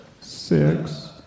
Six